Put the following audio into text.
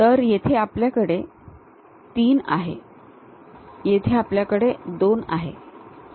तर येथे आपल्याकडे 3 आहे येथे आपल्याकडे 2 आहे